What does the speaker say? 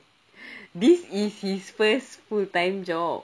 this is his first full time job